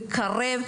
לקרב,